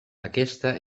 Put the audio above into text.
aquesta